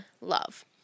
Love